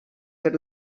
per